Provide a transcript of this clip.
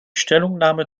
stellungnahme